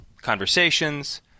conversations